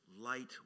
light